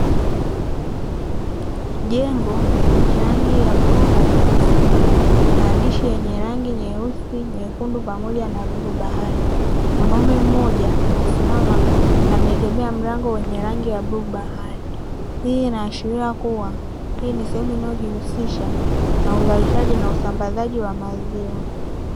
Jengo lenye rangi ya bluu na nyeusi, maandishi yenye rangi nyeusi, nyekundu pamoja na bluu bahari. Mwanaume mmoja amesimama, ameegemea mlango wenye rangi ya bluu bahari. Hii inaashiria kuwa hii ni sehemu inayojihusisha na uzalishaji na usambazaji wa maziwa.